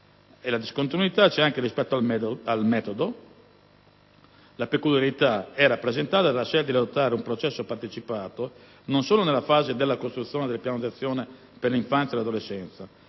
dalle priorità indicate. Rispetto al metodo, la peculiarità è rappresentata dalla scelta di adottare un processo partecipato non solo nella fase della costruzione del Piano d'azione per l'infanzia e l'adolescenza,